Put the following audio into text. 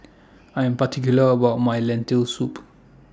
I Am particular about My Lentil Soup